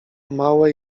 małe